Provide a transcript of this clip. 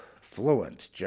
fluent